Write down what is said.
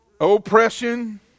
Oppression